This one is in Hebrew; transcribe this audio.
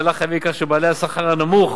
המהלך יביא לכך שבעלי השכר הנמוך